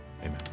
amen